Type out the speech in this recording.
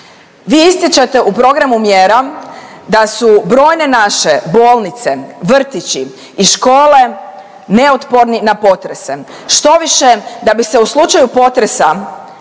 Vi ističete u programu mjera da su brojne naše bolnice, vrtići i škole neotporni na potrese, štoviše da bi se u slučaju potresa